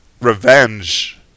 revenge